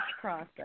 process